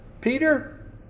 Peter